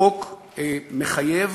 החוק מחייב